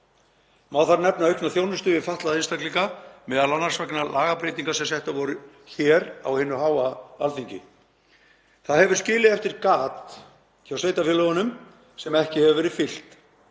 Má þar nefna aukna þjónustu við fatlaða einstaklinga, m.a. vegna lagabreytinga sem settar voru hér á hinu háa Alþingi. Það hefur skilið eftir gat hjá sveitarfélögunum sem ekki hefur verið fyllt.